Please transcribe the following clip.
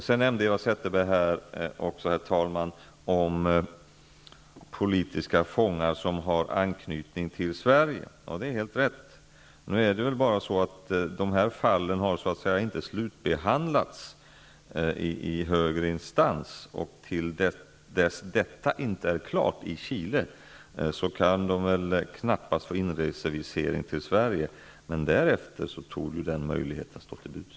Sedan nämnde Eva Zetterberg också att det finns politiska fångar som har anknytning till Sverige. Det är helt rätt. Nu har dessa fall inte slutbehandlats i högre instans. Fram till dess detta inte är klart i Chile kan de knappast få inresevisering till Sverige, men därefter torde den möjligheten stå till buds.